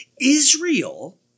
Israel